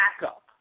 backup